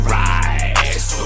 rise